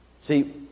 See